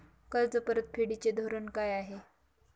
कर्ज परतफेडीचे धोरण काय आहे?